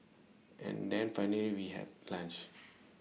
and then finally we had lunch